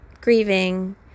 grieving